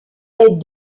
est